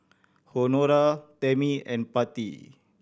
Honora Tammy and Patti